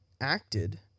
acted